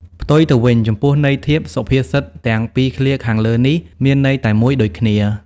ផ្ទុយទៅវិញ ចំពោះន័យធៀប សុភាសិតទាំងពីរឃ្លាខាងលើនេះ មានន័យតែមួយដូចគ្នា ។